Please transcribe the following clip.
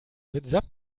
mitsamt